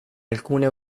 alcune